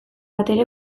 batere